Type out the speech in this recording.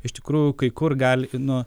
iš tikrųjų kai kur gali nu